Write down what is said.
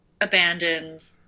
abandoned